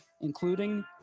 including